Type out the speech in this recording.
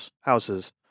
houses